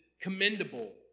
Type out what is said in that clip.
commendable